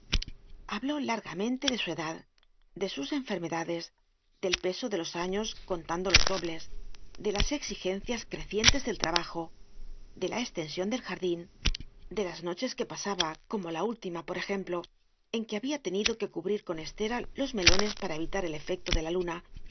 habló largamente de su edad de sus enfermedades del peso de los años contándolos dobles de las exigencias crecientes del trabajo de la ostension del jardín de las noches que pasaba como la última por ejemplo en que habia tenido que cubrir con estera los melones para evitar el efecto de la luna